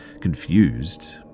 confused